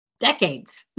decades